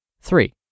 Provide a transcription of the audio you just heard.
Three